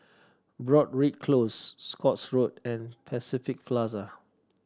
Broadrick Close Scotts Road and Pacific Plaza